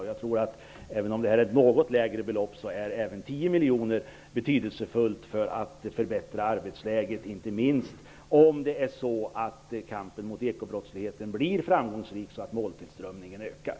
Även om 10 miljoner är ett något lägre belopp är även det betydelsefullt för att förbättra arbetsläget, om kampen mot ekobrottsligheten blir framgångsrik så att måltillströmningen ökar.